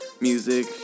music